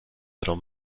little